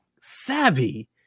savvy